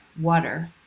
water